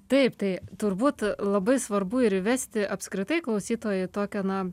taip tai turbūt labai svarbu ir įvesti apskritai klausytojui tokią na